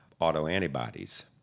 autoantibodies